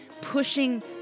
pushing